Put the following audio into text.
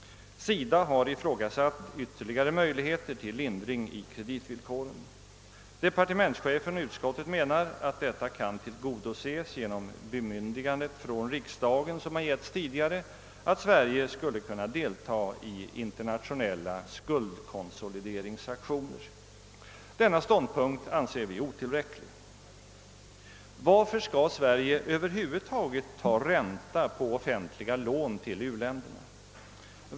SIDA har ifrågasatt ytterligare möjligheter till lindring i kreditvillkoren. Departementschefen och utskottet menar att detta kan tillgodoses genom det bemyndigande från riksdagen som har getts tidigare att Sverige skall kunna delta i internationella skuldkonsolideringsaktioner. Denna ståndpunkt anser vi otillräcklig. Varför skall Sverige över huvud taget ta ränta på offentliga lån till u-länderna?